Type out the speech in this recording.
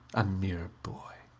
a mere boy.